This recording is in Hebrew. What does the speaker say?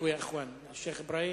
אחרי כן, השיח' אברהים.